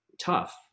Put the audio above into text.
tough